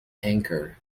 anchor